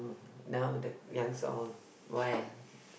now the youngster all why ah